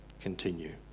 continue